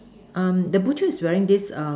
um the butchers is wearing this err